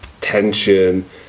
tension